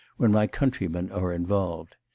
when my countrymen are involved.